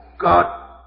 God